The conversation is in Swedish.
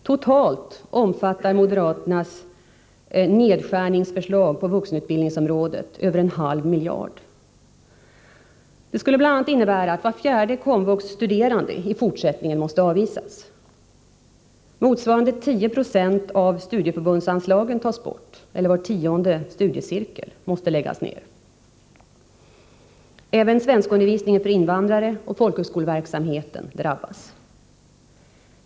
Totalt omfattar moderaternas nedskärningsförslag på vuxenutbildningsområdet över en halv miljard. Det skulle bl.a. innebära att var fjärde komvuxstuderande i fortsättningen måste avvisas. Motsvarande 10 96 av studieförbundsanslagen tas bort. Var tionde studiecirkel måste läggas ned. Även svenskundervisningen för invandrare och folkhögskoleverksamheten drabbas.